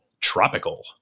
tropical